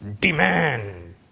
demand